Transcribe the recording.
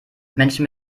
menschen